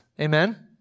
Amen